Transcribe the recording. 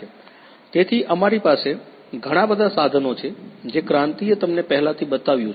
તેથી અમારી પાસે ઘણા બધા સાધનો છે જે ક્રાંતિએ તમને પહેલાથી બતાવ્યું છે